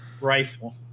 rifle